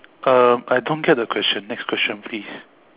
um I don't get the question next question please